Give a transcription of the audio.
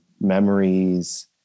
memories